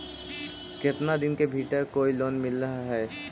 केतना दिन के भीतर कोइ लोन मिल हइ?